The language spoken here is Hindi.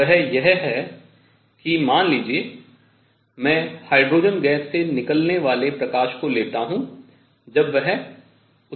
वह यह है कि मान लीजिए मैं हाइड्रोजन गैस से निकलने वाले प्रकाश को लेता हूँ जब वह उत्तेजित है